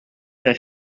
that